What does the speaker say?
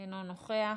אינו נוכח.